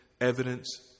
evidence